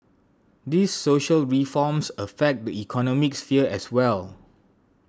these social reforms affect the economic sphere as well